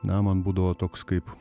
na man būdavo toks kaip